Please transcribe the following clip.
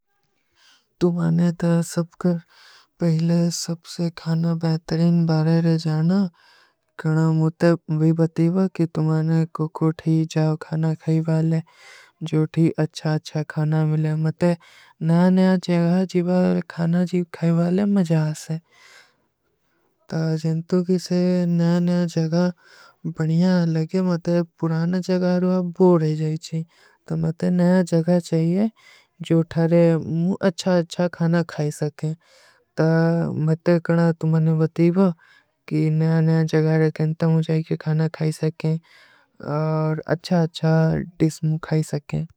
ତୁମ୍ହାନେ ତର ସବକର ପହଲେ ସବସେ ଖାନା ବୈଠରିନ ବାରେ ରଜାନା। କଣା ମୁତେ ଭୀ ବତୀଵା କି ତୁମ୍ହାନେ କୋ ଖୋଠୀ ଜାଓ ଖାନା ଖାଈବାଲେ। ଜୋ ଥୀ ଅଚ୍ଛା ଅଚ୍ଛା ଖାନା ମିଲେ, ମତେ ନଯା ନଯା ଜଗା ଜୀବା ଖାନା ଜୀବ ଖାଈବାଲେ ମଜାସ ହୈ। ତା ଜୈଂତୋ କିସେ ନଯା ନଯା ଜଗା ବନିଯା ଅଲଗେ ମତେ ପୁରାନା ଜଗାରୋ ବୋଡେ ଜାଈଚୀ। ତୁମ୍ହାନେ ନଯା ଜଗା ଚାହିଏ ଜୋ ଥାରେ ମୁତ ଅଚ୍ଛା ଅଚ୍ଛା ଖାନା ଖାଈ ସକେଂ। ତା ମତେ କଣା ତୁମ୍ହାନେ ବତୀବା କି ନଯା ନଯା ଜଗାରେ ଖେଂଟା ମୁଝାଈ କି ଖାନା ଖାଈ ସକେଂ ଔର ଅଚ୍ଛା ଅଚ୍ଛା ଡିସ ମୁଝ ଖାଈ ସକେଂ।